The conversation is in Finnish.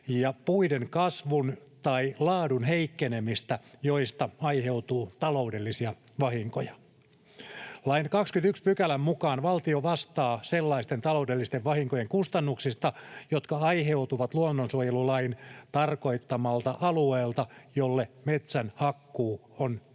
ja puiden kasvun tai laadun heikkenemistä, joista aiheutuu taloudellisia vahinkoja. Lain 21 §:n mukaan valtio vastaa sellaisten taloudellisten vahinkojen kustannuksista, jotka aiheutuvat luonnonsuojelulain tarkoittamalta alueelta, joilla metsän hakkuu on yleensä